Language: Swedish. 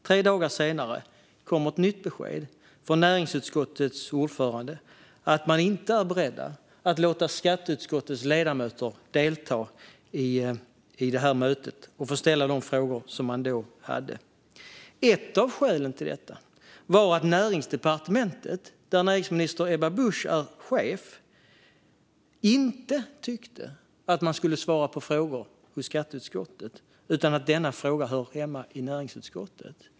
Tre dagar senare kommer ett nytt besked från näringsutskottets ordförande om att man inte var beredd att låta skatteutskottets ledamöter delta i mötet och ställa de frågor de hade. Ett av skälen till detta var att Näringsdepartementet, där näringsminister Ebba Busch är chef, inte tyckte att man skulle svara på frågor från skatteutskottet. Hon tyckte att frågan hörde hemma i näringsutskottet.